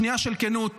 שנייה של כנות,